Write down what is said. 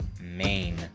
main